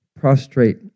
prostrate